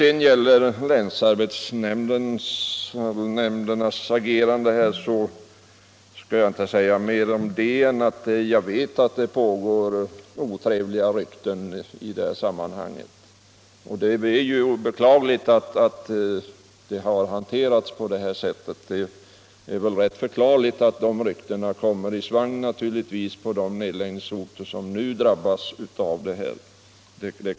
Beträffande länsarbetsnämndernas agerande skall jag inte säga mer än att jag vet att det går otrevliga rykten. Det är beklagligt att problemet har hanterats på detta sätt, och det är väl ganska förklarligt att sådana rykten kommer i svang på de orter som nu drabbas av nedläggning.